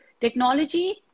technology